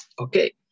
Okay